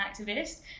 activist